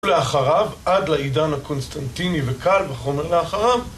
ולאחריו, עד לעידן הקונסטנטיני וקל וחומר לאחריו